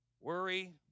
worry